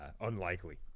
unlikely